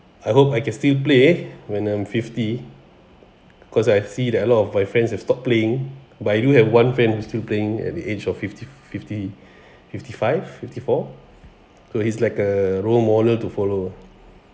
I hope I can still play when I'm fifty cause I see that a lot of my friends have stop playing but I do have one friend still playing at the age of fifty fifty fifty five fifty four so he's like a role model to follow